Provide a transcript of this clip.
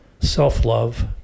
Self-love